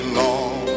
long